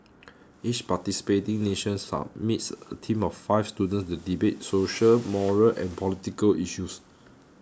each participating nation submits a team of five students to debate social moral and political issues